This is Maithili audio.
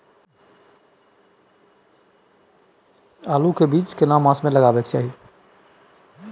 आलू के बीज केना मास में लगाबै के चाही?